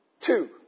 two